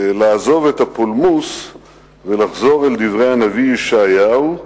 לעזוב את הפולמוס ולחזור לדברי הנביא ישעיהו: